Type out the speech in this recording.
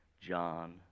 John